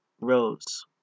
Rose